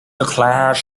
declares